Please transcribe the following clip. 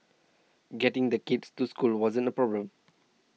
getting the kids to school wasn't a problem